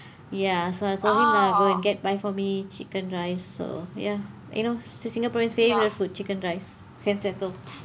ya so I told him ah go and get buy for me chicken rice so ya you know it's singaporean's favourite food chicken rice then settled